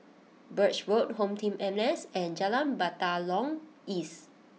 Birch Road HomeTeam N S and Jalan Batalong East